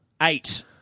eight